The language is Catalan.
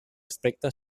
aspecte